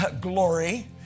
glory